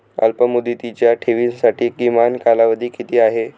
अल्पमुदतीच्या ठेवींसाठी किमान कालावधी किती आहे?